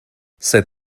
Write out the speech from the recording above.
said